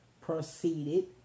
proceeded